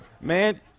man